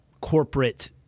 corporate